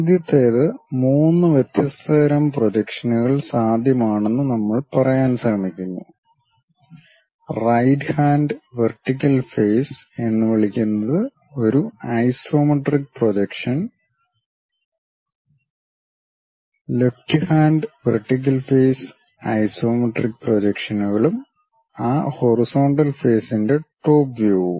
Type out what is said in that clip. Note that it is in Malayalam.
ആദ്യത്തേത് മൂന്ന് വ്യത്യസ്ത തരം പ്രൊജക്ഷനുകൾ സാധ്യമാണെന്ന് നമ്മൾ പറയാൻ ശ്രമിക്കുന്നു റൈറ്റ് ഹാൻഡ് വെർട്ടിക്കൽ ഫേസ് എന്ന് വിളിക്കുന്നത് ഒരു isometric projection left hand vertical face isometric പ്രൊജക്ഷനുകളും ആ ഹൊറിസോൻ്റൽ ഫേസിൻ്റെ ടോപ് വ്യൂവും